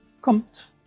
kommt